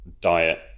diet